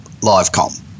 LiveCom